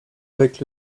avec